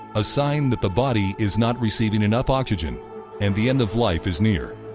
a sign that the body is not receiving enough oxygen and the end of life is near.